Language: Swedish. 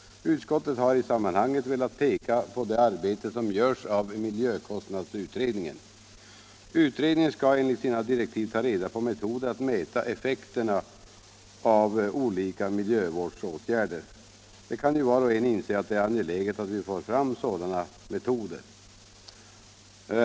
Utskottet har i sammanhanget velat peka på det arbete som görs av miljökostnadsutredningen. Utredningen skall enligt sina direktiv ta reda på metoder att mäta effekterna av olika miljövårdsåtgärder. Var och en kan inse att det är angeläget att vi får fram sådana metoder.